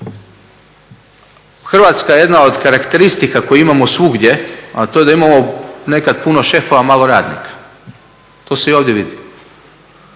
Hrvatska je, jedna od karakteristika koju imamo svugdje, a to je da imamo nekad puno šefova, a malo radnika. To se i ovdje vidi.